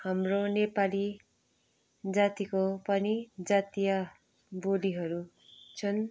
हाम्रो नेपाली जातिको पनि जातीय बोलीहरू छन्